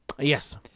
Yes